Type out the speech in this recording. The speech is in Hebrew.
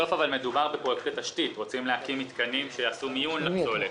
בסופו של דבר מדובר בפרויקטי תשתית מתקנים שיעשו מיון לפסולת,